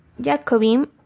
Jacobin